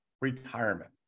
retirement